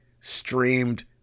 streamed